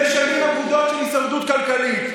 לשנים אבודות של הישרדות כלכלית?